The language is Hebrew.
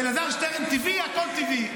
אלעזר שטרן, טבעי, הכול טבעי.